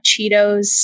Cheetos